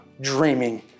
dreaming